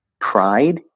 pride